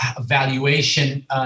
valuation